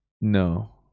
No